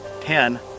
Ten